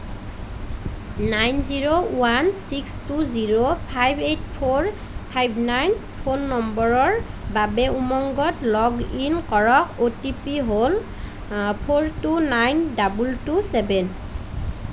nine zero one six two zero five eight four five nine phone নম্বৰৰ বাবে উমংগত log in কৰাৰ O T P হ'ল four two nine double two seven